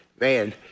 man